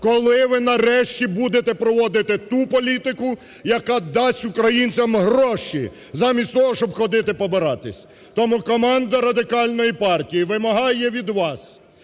Коли ви нарешті будете проводити ту політику, яка дасть українцям гроші, замість того, щоб ходити побиратись. Тому команда Радикальної партії вимагає від вас